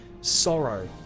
sorrow